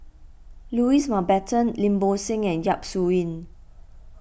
Louis Mountbatten Lim Bo Seng and Yap Su Yin